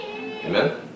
Amen